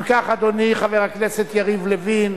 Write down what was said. אם כך, אדוני, חבר הכנסת יריב לוין,